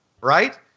right